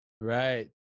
Right